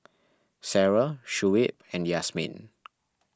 Sarah Shuib and Yasmin